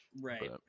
Right